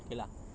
okay lah